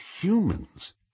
humans